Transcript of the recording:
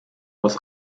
was